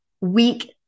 week